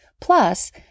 Plus